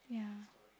yeah